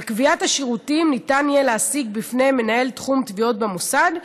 על קביעת השירותים ניתן יהיה להשיג בפני מנהל תחום תביעות במוסד,